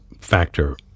factor